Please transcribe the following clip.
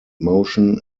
motion